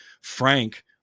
Frank